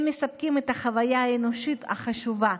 הם מספקים את החוויה האנושית החשובה,